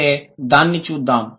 అయితే దానిని చూద్దాం